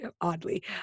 Oddly